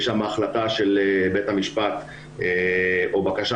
יש שם החלטה של בית המשפט או בקשה